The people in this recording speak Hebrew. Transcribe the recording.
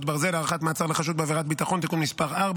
ברזל) (הארכת מעצר לחשוד בעבירת ביטחון) (תיקון מס' 4),